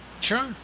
Sure